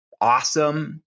awesome